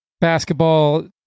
basketball